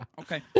Okay